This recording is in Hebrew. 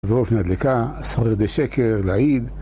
ואופן אדליקה, שרד שקר, לעיד